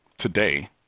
today